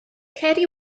ceri